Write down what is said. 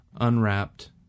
unwrapped